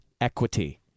equity